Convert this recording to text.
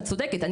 את צודקת,